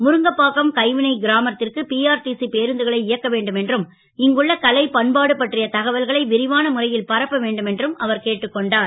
முருங்கபாக்கம் கைவினை கிராமத் ற்கு பிஆர்டிசி பேருந்துகளை இயக்க வேண்டும் என்றும் இங்குள்ள கலை பண்பாடு பற்றிய தகவல்களை விரிவான முறை ல் பரப்ப வேண்டும் என்றும் அவர் கேட்டுக் கொண்டார்